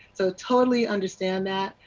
so totally understand that.